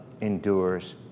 endures